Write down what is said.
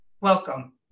welcome